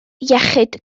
iechyd